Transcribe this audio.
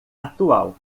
atual